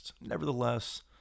Nevertheless